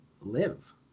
live